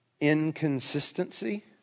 inconsistency